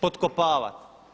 potkopavati.